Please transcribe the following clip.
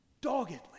doggedly